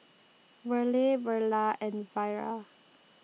Verle Verla and Vira